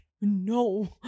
no